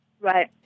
Right